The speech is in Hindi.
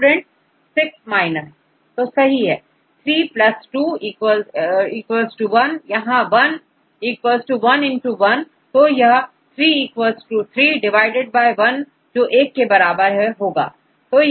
Student 6 minus दो सही तो 3 2 1 यहां 1 1 1 तो यह3 3 1जो 1 एक के बराबर है